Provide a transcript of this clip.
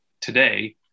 today